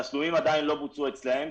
התשלומים עדיין לא בוצעו אצלם,